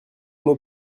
mot